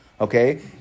Okay